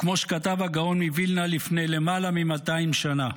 כמו שכתב הגאון מווילנה לפני למעלה מ-200 שנה: